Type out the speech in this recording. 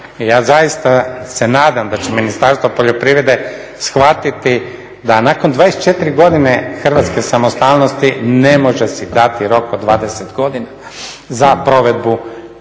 Ja zaista se nadam da će Ministarstvo poljoprivrede shvatiti da nakon 24 godine hrvatske samostalnosti ne može si dati rok od 20 godina za provedbu vitalnog